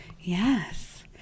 Yes